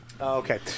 Okay